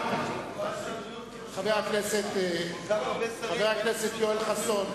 חבר הכנסת יואל חסון,